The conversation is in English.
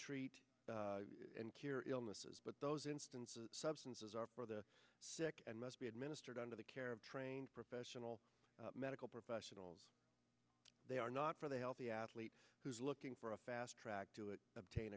cure illnesses but those instances substances are for the sick and must be administered under the care of trained professional medical professionals they are not for the health the athlete who's looking for a fast track to it obtain